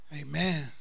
Amen